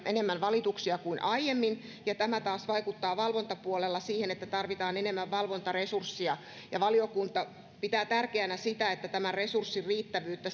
enemmän valituksia kuin aiemmin tämä taas vaikuttaa valvontapuolella siihen että tarvitaan enemmän valvontaresurssia valiokunta pitää tärkeänä sitä että tämän resurssin riittävyyttä